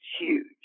huge